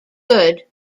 good